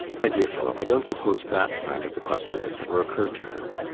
my dear fellow, i don't suppose that side of the question has ever occurred to her.